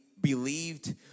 believed